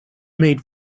made